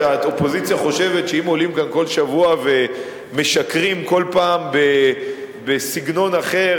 שהאופוזיציה חושבת שאם עולים כאן כל שבוע ומשקרים כל פעם בסגנון אחר,